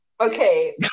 Okay